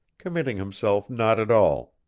committing himself not at all,